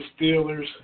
Steelers